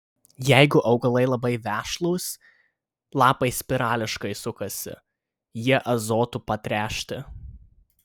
jeigu augalai labai vešlūs lapai spirališkai sukasi jie azotu patręšti